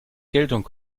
geltung